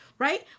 Right